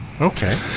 Okay